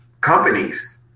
companies